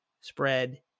spread